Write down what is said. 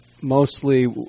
mostly